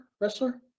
wrestler